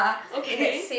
okay